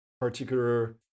particular